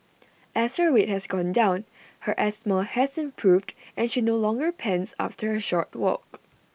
as her weight has gone down her asthma has improved and she no longer pants after A short walk